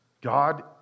God